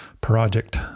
project